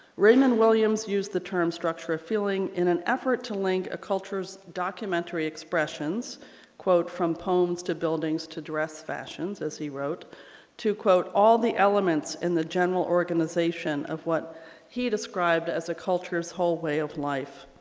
raymond williams used the term structure of feeling in an effort to link a cultures documentary expressions quote from poems to buildings to dress fashions, as he wrote to quote all the elements in the general organization of what he described as a cultures whole way of life.